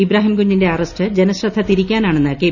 ഇബ്രാഹിം കുഞ്ഞിന്റെ അറസ്റ്റ് ജനശ്രദ്ധ തിരിക്കാനാണെന്ന് കെ